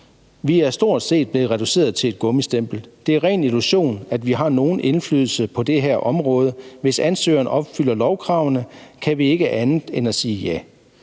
»Vi er stort set blevet reduceret til et gummistempel. Det er ren illusion, at vi har nogen indflydelse på det her område. Hvis ansøgeren opfylder lovkravene, kan vi ikke andet end at sige ja.